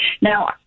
Now